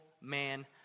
man